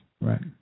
Right